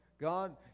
God